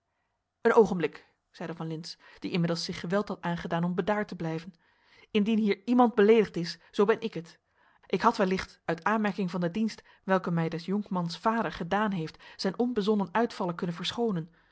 een oogenblik zeide van lintz die inmiddels zich geweld had aangedaan om bedaard te blijven indien hier iemand beleedigd is zoo ben ik het ik had wellicht uit aanmerking van den dienst welken mij des jonkmans vader gedaan heeft zijn onbezonnen uitvallen kunnen verschoonen